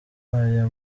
aya